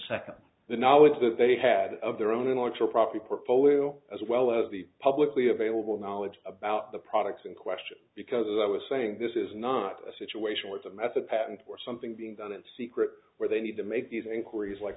second the knowledge that they had of their own intellectual property portfolio as well as the publicly available knowledge about the products in question because i was saying this is not a situation where the method patent or something being done in secret where they need to make these inquiries like